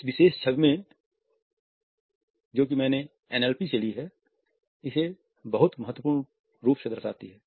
इस विशेष छवि में जो कि मैंने एनएलपी से ली है इसे बहुत महत्वपूर्ण रूप से दर्शाती है